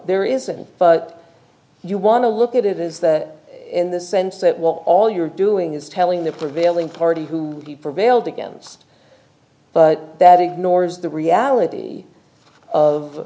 there isn't but you want to look at it is that in the sense that what all you're doing is telling the prevailing party who would be prevailed against but that ignores the reality of